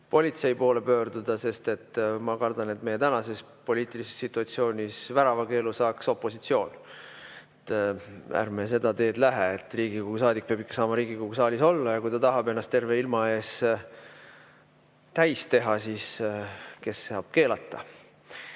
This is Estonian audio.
politsei poole pöörduda, sest ma kardan, et meie tänases poliitilises situatsioonis saaks väravakeelu opositsioon. Ärme seda teed läheme. Riigikogu liige peab ikka saama Riigikogu saalis olla ja kui ta tahab ennast terve ilma ees täis teha, siis kes saab keelata. Kalle